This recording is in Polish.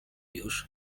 już